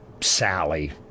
Sally